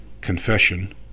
confession